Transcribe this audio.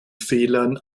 fehlern